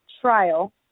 trial